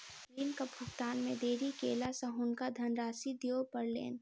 ऋणक भुगतान मे देरी केला सॅ हुनका धनराशि दिअ पड़लैन